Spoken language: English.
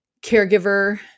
caregiver